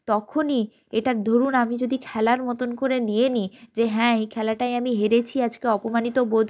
তখনই এটার ধরুন আমি যদি খেলার মতোন করে নিয়ে নিই যে হ্যাঁ এই খেলাটায় আমি হেরেছি আজকে অপমানিত বোধ